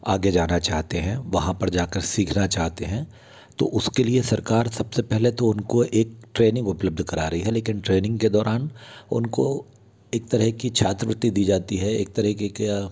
आगे जाना चाहते है वहाँ पर जाके सीखना चाहते है तो उसके लिए सरकार सबसे पहले तो उनको एक ट्रेनिंग उपलब्ध करा रही है लेकिन ट्रेनिंग के दौरान उनको एक तरह की छात्रवृति दी जाती है एक तरीके का